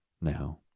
Now